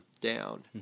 down